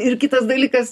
ir kitas dalykas